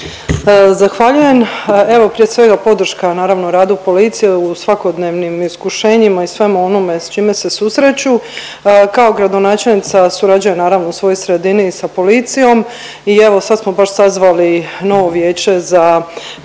Zahvaljujem. Evo prije svega podrška naravno radu policije u svakodnevnim iskušenjima i svemu onome s čime se susreću. Kao gradonačelnica surađujem naravno u svojoj sredini i sa policijom i evo sad smo baš sazvali novo vijeće za